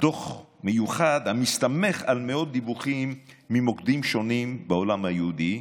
דוח מיוחד המסתמך על מאות דיווחים ממוקדים שונים בעולם היהודי.